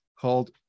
called